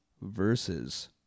versus